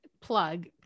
plug